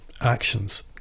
actions